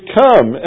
come